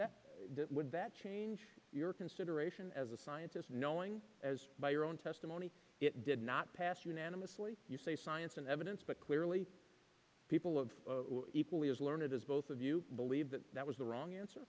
that would that change your consideration as a scientist knowing as by your own testimony it did not pass unanimously you say science and evidence but clearly people of equally as learned as both of you believe that that was the wrong answer